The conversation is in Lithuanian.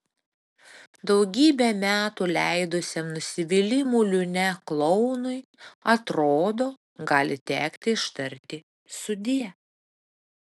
daugybę metų leidusiam nusivylimų liūne klounui atrodo gali tekti ištarti sudie